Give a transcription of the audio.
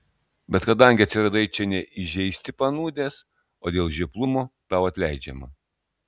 bet kadangi atsiradai čia ne įžeisti panūdęs o dėl žioplumo tau atleidžiama